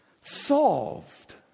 Solved